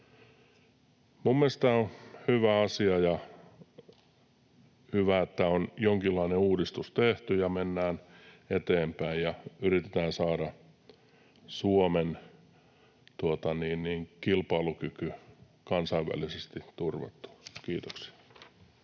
Minun mielestäni tämä on hyvä asia, ja hyvä, että on jonkinlainen uudistus tehty. Mennään eteenpäin ja yritetään saada Suomen kilpailukyky kansainvälisesti turvattua. — Kiitoksia.